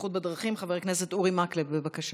והבטיחות בדרכים חבר הכנסת אורי מקלב, בבקשה.